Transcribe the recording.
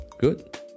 good